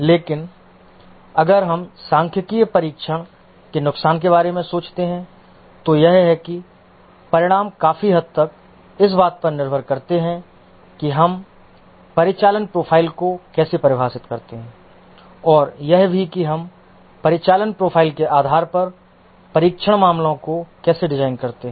लेकिन अगर हम सांख्यिकीय परीक्षण के नुकसान के बारे में सोचते हैं तो यह है कि परिणाम काफी हद तक इस बात पर निर्भर करते हैं कि हम परिचालन प्रोफाइल को कैसे परिभाषित करते हैं और यह भी कि हम परिचालन प्रोफ़ाइल के आधार पर परीक्षण मामलों को कैसे डिजाइन करते हैं